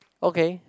okay